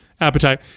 appetite